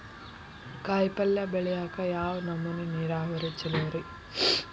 ಕಾಯಿಪಲ್ಯ ಬೆಳಿಯಾಕ ಯಾವ್ ನಮೂನಿ ನೇರಾವರಿ ಛಲೋ ರಿ?